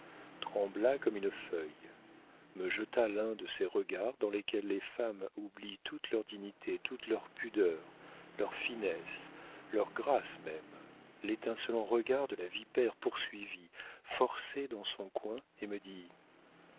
trembla comme une feuille me jeta l'un de ces regards dans lesquels les femmes oublient toute leur dignité toute leur pudeur leur finesse leur grâce même l'étincelant regard de la vipère poursuivie forcée dans son coin et me dit